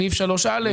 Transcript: סעיף 3(א).